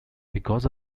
because